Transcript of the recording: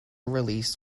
released